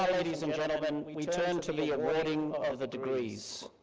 ladies and gentlemen we turn to the awarding of the degrees.